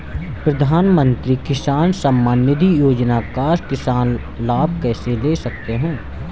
प्रधानमंत्री किसान सम्मान निधि योजना का किसान लाभ कैसे ले सकते हैं?